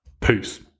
Peace